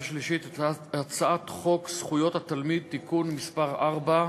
שלישית את הצעת חוק זכויות התלמיד (תיקון מס' 4),